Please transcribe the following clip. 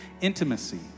Intimacy